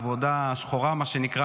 העבודה השחורה מה שנקרא,